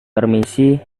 permisi